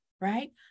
right